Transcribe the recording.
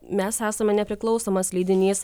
mes esame nepriklausomas leidinys